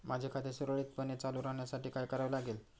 माझे खाते सुरळीतपणे चालू राहण्यासाठी काय करावे लागेल?